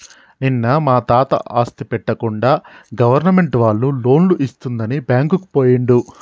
నిన్న మా తాత ఆస్తి పెట్టకుండా గవర్నమెంట్ వాళ్ళు లోన్లు ఇస్తుందని బ్యాంకుకు పోయిండు